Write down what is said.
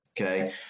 Okay